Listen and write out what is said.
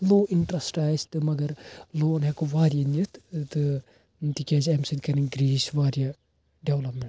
لو interest آسہِ تہٕ مگر لون ہٮ۪کو واریاہ نِتھ تہٕ تکیازِ اَمہِ سۭتۍ کَرن گرٛیٖس واریاہ ڈیٚولَپمہ